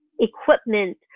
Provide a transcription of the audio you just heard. equipment